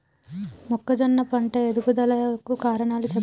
మొక్కజొన్న పంట ఎదుగుదల కు కారణాలు చెప్పండి?